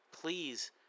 please